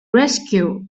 rescued